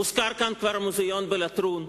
הוזכר כאן כבר המוזיאון בלטרון,